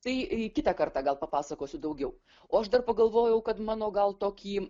tai kitą kartą gal papasakosiu daugiau o aš dar pagalvojau kad mano gal tokį